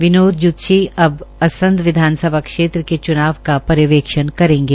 विनोद जुत्ती अब असंध विधानसभा क्षेत्र के चुनाव का पर्यवेक्षण करेंगे